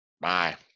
Bye